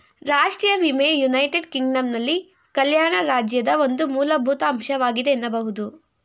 ರಾಷ್ಟ್ರೀಯ ವಿಮೆ ಯುನೈಟೆಡ್ ಕಿಂಗ್ಡಮ್ನಲ್ಲಿ ಕಲ್ಯಾಣ ರಾಜ್ಯದ ಒಂದು ಮೂಲಭೂತ ಅಂಶವಾಗಿದೆ ಎನ್ನಬಹುದು